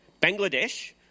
Bangladesh